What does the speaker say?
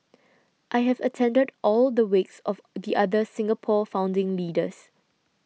I have attended all the wakes of the other Singapore founding leaders